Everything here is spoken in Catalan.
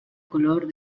color